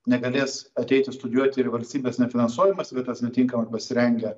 negalės ateiti studijuoti ir valstybės nefinansuojamas vietas netinkamai pasirengę